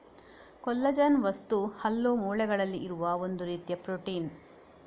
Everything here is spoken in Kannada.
ಕೊಲ್ಲಜನ್ ವಸ್ತು ಹಲ್ಲು, ಮೂಳೆಗಳಲ್ಲಿ ಇರುವ ಒಂದು ರೀತಿಯ ಪ್ರೊಟೀನ್